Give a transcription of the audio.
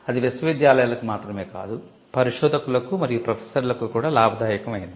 అది విశ్వవిద్యాలయాలకు మాత్రమే కాదు పరిశోధకులకు మరియు ప్రొఫెసర్లకు కూడా లాభదాయకం అయింది